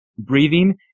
breathing